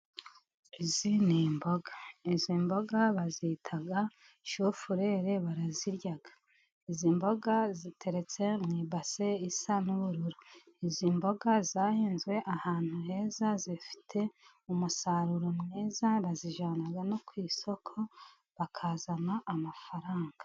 Izi ni imboga , izi mboga bazita shufurerere , barazirya. Izi mboga ziteretse mu ibase isa n'ubururu . Izi mboga zahinzwe ahantu heza , zifite umusaruro mwiza , bazijyana no ku isoko bakazana amafaranga.